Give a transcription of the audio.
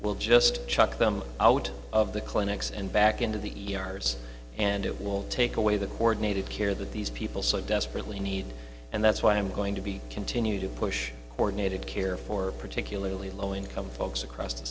will just chuck them out of the clinics and back into the ers and it will take away the coordinated care that these people so desperately need and that's why i'm going to be continue to push coordinated care for particularly low income folks across the